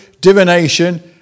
divination